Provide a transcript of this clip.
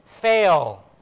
fail